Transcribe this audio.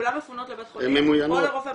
כולן מפונות לבית חולים או לרופא בשטח?